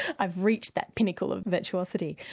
i've reached that pinnacle of virtuosity.